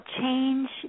change